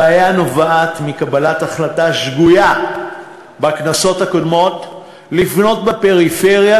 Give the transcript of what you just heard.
הבעיה נובעת מקבלת החלטה שגויה בכנסות הקודמות לבנות בפריפריה,